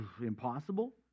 impossible